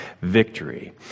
victory